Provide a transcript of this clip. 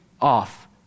off